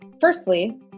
firstly